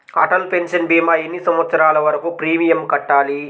Atal pension భీమా ఎన్ని సంవత్సరాలు వరకు ప్రీమియం కట్టాలి?